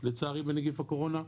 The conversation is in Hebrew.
לצערי בנגיף הקורונה,